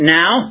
now